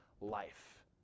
life